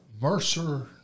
Mercer